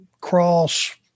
Cross